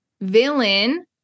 villain